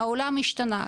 העולם השתנה,